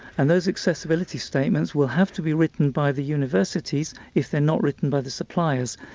and those accessibility statements will have to be written by the universities if they're not written by the suppliers.